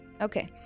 Okay